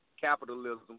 capitalism